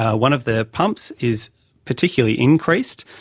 ah one of the pumps is particularly increased,